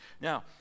Now